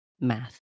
Math